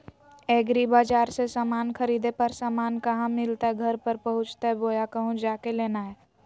एग्रीबाजार से समान खरीदे पर समान कहा मिलतैय घर पर पहुँचतई बोया कहु जा के लेना है?